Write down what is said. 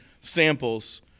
samples